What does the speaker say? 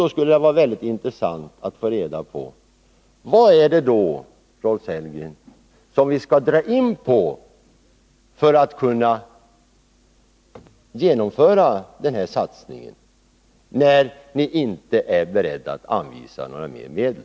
Det skulle vara mycket intressant, Rolf Sellgren, att få reda på vad det är som vi skall dra in på för att kunna genomföra den här satsningen. Ni är ju inte beredda att anvisa ytterligare medel.